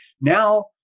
now